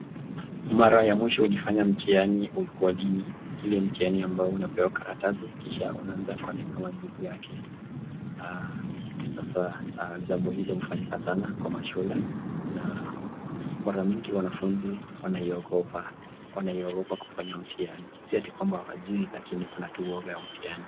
Mara ya mwisho ulifanya mtihani ulikuwa lini? Ile mtihani ambayo unapewa karatasi kisha unaanza kuandika majibu yake. Sasa jambo hilo hufanyika sana kwa mashule na mara mingi wanafunzi wanaiogopa. Wanaiogopa kufanya mtihani. Si ati kwamba hawajui lakini kuna tu uoga ya mtihani.